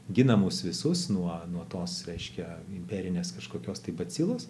gina mus visus nuo nuo tos reiškia imperinės kažkokios tai bacilos